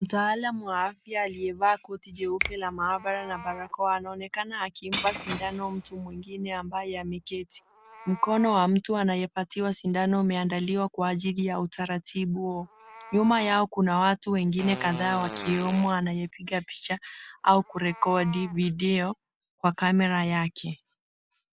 Mtaalam wa afya aliyevaa koti jeupe la maabara na barakoa anaonekana akimpa sindano mtu mwingine ambaye ameketi. Mkono wa mtu anayepatiwa sindano umeandaliwa kwa ajili ya utaratibu huo. Nyuma yao kuna watu wengine kadhaa wakiomo anayepiga picha au kurekodi video kwa kamera yake.